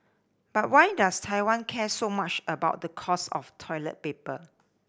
but why does Taiwan care so much about the cost of toilet paper